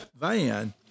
van